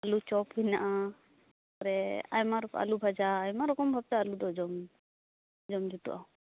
ᱟᱹᱞᱩ ᱪᱚᱯ ᱦᱮᱱᱟᱜᱼᱟ ᱛᱟᱯᱚᱨᱮ ᱟᱭᱢᱟ ᱨᱚᱠᱚᱢ ᱟᱹᱞᱩ ᱵᱷᱟᱡᱟ ᱟᱭᱢᱟ ᱨᱚᱠᱚᱢ ᱵᱷᱟᱵᱽᱛᱮ ᱟᱹᱞᱩ ᱫᱚ ᱡᱚᱢ ᱡᱩᱛᱩᱜᱼᱟ